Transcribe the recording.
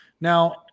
now